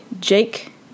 Jake